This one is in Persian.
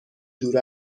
دور